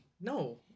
No